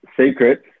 secrets